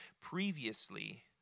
previously